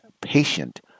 patient